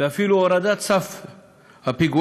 ואפילו הורדת סף הפיגועים,